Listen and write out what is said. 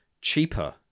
cheaper